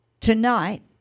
tonight